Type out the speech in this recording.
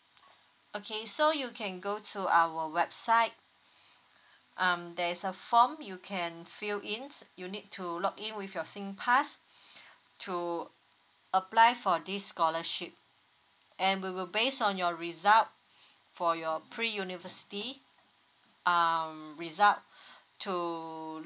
okay so you can go to our website um there is a form you can fill in you need to log in with your singpass to apply for this scholarship and we will based on your result for your pre university um result to